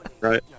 Right